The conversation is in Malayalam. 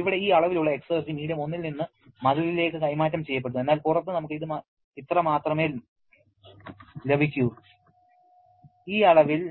ഇവിടെ ഈ അളവിലുള്ള എക്സർജി മീഡിയം 1 ൽ നിന്ന് മതിലിലേക്ക് കൈമാറ്റം ചെയ്യപ്പെടുന്നു എന്നാൽ പുറത്ത് നമുക്ക് ഇത് ഇത്രമാത്രമേ മാത്രമേ ലഭിക്കൂ ഈ അളവിൽ